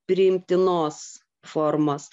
priimtinos formos